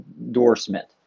endorsement